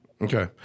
Okay